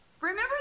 Remember